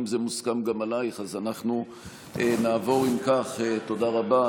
אם זה מוסכם גם עלייך, אז אנחנו נעבור, תודה רבה.